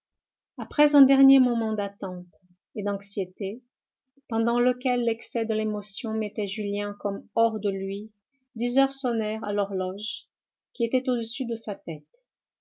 après un dernier moment d'attente et d'anxiété pendant lequel l'excès de l'émotion mettait julien comme hors de lui dix heures sonnèrent à l'horloge qui était au-dessus de sa tête